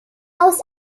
aus